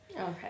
Okay